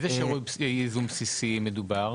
על איזה שירות ייזום בסיסי מדובר?